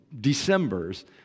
Decembers